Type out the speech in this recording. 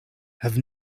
have